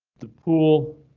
the pool.